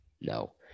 No